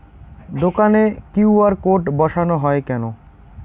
দোকানে QR code বসানো হয় কেন?